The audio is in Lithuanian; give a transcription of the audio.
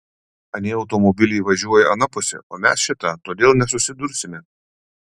anie automobiliai važiuoja ana puse o mes šita todėl nesusidursime